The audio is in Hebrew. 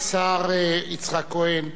השר יצחק כהן,